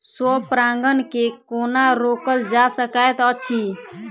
स्व परागण केँ कोना रोकल जा सकैत अछि?